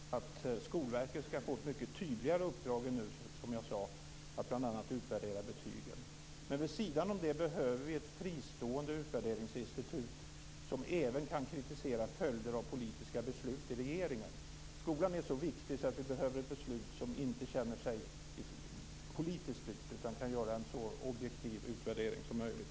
Fru talman! Jag och Folkpartiet anser att Skolverket skall få ett mycket tydligare uppdrag än nu att bl.a. utvärdera betygen. Men vid sidan av det behöver vi ett fristående utvärderingsinstitut som även kan kritisera följder av politiska beslut i regeringen. Skolan är så viktig att vi behöver ett institut som inte känner sig politiskt styrt utan som kan göra en så objektiv utvärdering som möjligt.